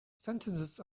sentences